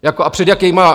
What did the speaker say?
Jako a před jakýma...